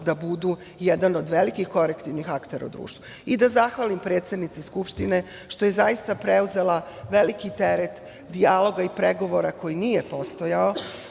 da budu jedan od velikih korektivnih aktera u društvu. Da zahvalim predsednici Skupštine što je zaista preuzela veliki teret dijaloga i pregovora koji nije postojao,